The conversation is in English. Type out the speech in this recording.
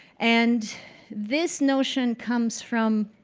and this notion comes from